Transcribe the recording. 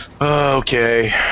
Okay